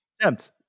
attempt